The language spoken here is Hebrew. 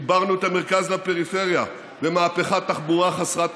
חיברנו את המרכז לפריפריה במהפכת תחבורה חסרת תקדים,